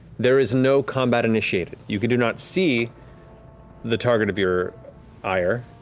there is no combat initiated. you do not see the target of your ire,